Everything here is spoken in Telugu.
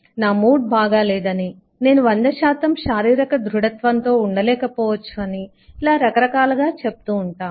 నా మూడ్ బాగాలేదని నేను 100 శారీరక దృఢత్వంతో ఉండలేక పోవచ్చు అని ఇలా రక రకాలుగా చెప్తూ ఉంటాము